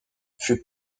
fut